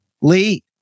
Lee